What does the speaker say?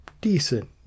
decent